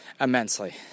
immensely